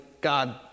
God